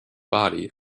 body